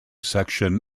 section